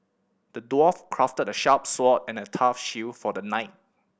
the dwarf crafted a sharp sword and a tough shield for the knight